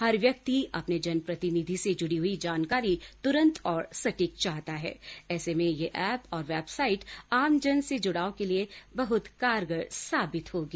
हर व्यक्ति अपने जनप्रतिनिधि से जुड़ी हुई जानकारी तुरंत और सटीक चाहता है ऐसे में यह ऐप और वेबसाइट आमजन से जुड़ाव के लिए बहुत कारगर साबित होगी